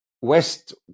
West